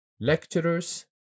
lecturers